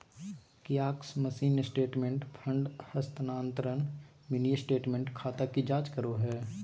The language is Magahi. कियाक्स मशीन स्टेटमेंट, फंड हस्तानान्तरण, मिनी स्टेटमेंट, खाता की जांच करो हइ